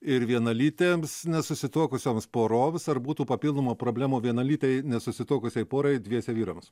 ir vienalytėms nesusituokusioms poroms ar būtų papildomų problemų vienalytei nesusituokusiai porai dviese vyrams